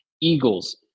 eagles